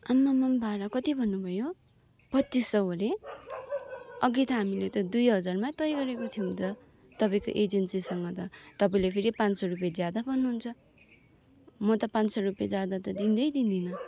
आम्ममम भाडा कति भन्नुभयो पच्चिस सौ अरे अघि त हामीले त दुई हजारमा तय गरेको थियौँ त तपाईँको एजेन्सीसँग त तपाईँले फेरी पाँच सौ रुपियाँ ज्यादा भन्नुहुन्छ म त पाँच सौ रुपियाँ ज्यादा त दिँदै दिँदिनँ